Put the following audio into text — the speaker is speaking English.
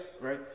Right